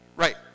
Right